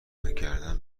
گردن